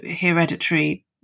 hereditary